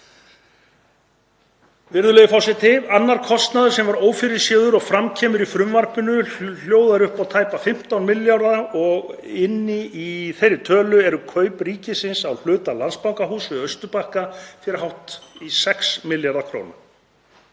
Virðulegi forseti. Annar kostnaður sem var ófyrirséður og fram kemur í frumvarpinu hljóðar upp á tæpa 15 milljarða kr. og inni í þeirri tölu eru kaup ríkisins á hluta Landsbankahúss við Austurbakka fyrir hátt í 6 milljarða kr.